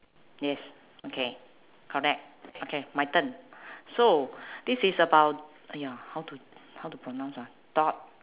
yes okay correct okay my turn so this is about !aiya! how to how to pronounce ah thought